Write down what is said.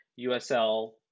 USL